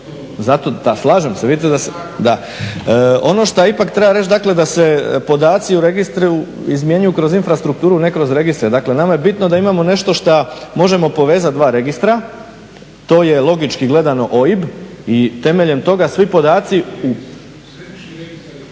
podatke. Slažem se. Ono što ipak treba reći da se podaci u registru izmjenjuju kroz infrastrukturu ne kroz registre. Dakle nama je bitno da imamo nešto što možemo povezati dva registra, to je logički gledano OIB i temeljem toga svi podaci …… /Upadica se